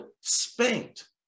spanked